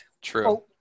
true